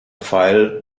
pfeil